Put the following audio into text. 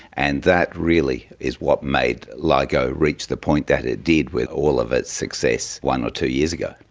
and that really is what made ligo reach the point that it did with all of its success one or two years ago.